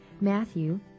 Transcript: matthew